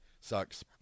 sucks